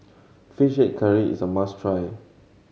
Fish Head Curry is a must try